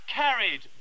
carried